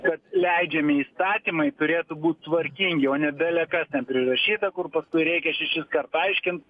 kad leidžiami įstatymai turėtų būt tvarkingi o ne bele kas ten prirašyta kur paskui reikia šešiskart aiškint